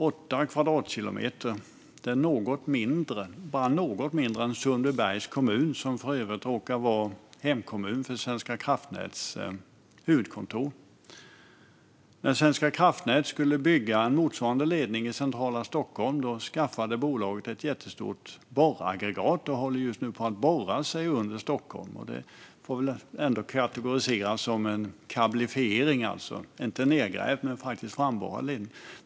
Åtta kvadratkilometer är bara något mindre än Sundbybergs kommun, som för övrigt råkar vara hemkommun för Svenska kraftnäts huvudkontor. När Svenska kraftnät skulle bygga en motsvarande ledning i centrala Stockholm skaffade bolaget ett jättestort borraggregat och håller just nu på att borra sig under Stockholm. Det får väl ändå kategoriseras som en kablifiering. Det är inte en nedgrävd utan faktiskt en framborrad ledning.